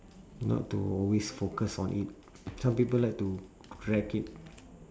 not to always focus on it some people like to drag it